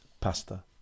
Pasta